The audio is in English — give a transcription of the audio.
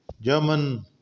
German